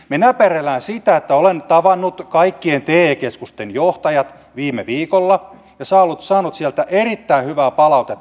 me näpertelemme sitä että olen tavannut kaikkien te keskusten johtajat viime viikolla ja saanut sieltä erittäin hyvää palautetta